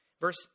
Verse